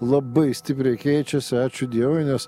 labai stipriai keičiasi ačiū dievui nes